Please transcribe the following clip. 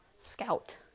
scout